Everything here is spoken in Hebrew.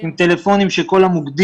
עם טלפונים של כל המוקדים,